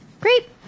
Great